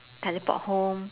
teleport home